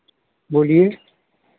बोलिए